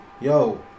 yo